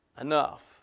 Enough